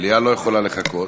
המליאה לא יכולה לחכות.